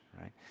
right